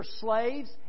slaves